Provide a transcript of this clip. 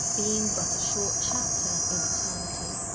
being but a short chapter in eternity.